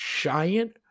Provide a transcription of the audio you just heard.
giant